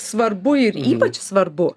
svarbu ir ypač svarbu